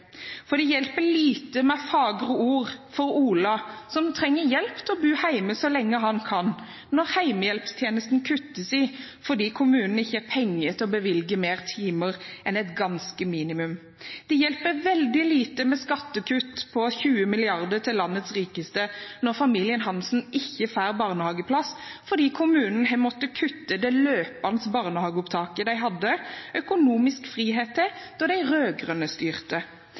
for det hjelper lite med fagre ord for Ola som trenger hjelp til å bo hjemme så lenge han kan, når hjemmehjelpstjenesten kuttes i fordi kommunen ikke har penger til å bevilge flere timer enn et ganske minimalt tall. Det hjelper veldig lite med skattekutt på 20 mrd. kr til landets rikeste når familien Hansen ikke får barnehageplass, fordi kommunen har måttet kutte det løpende barnehageopptaket de hadde økonomisk frihet til da de rød-grønne styrte.